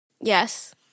yes